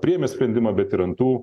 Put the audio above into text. priėmė sprendimą bet ir ant tų